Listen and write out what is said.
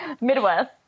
midwest